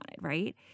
right